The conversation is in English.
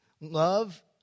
love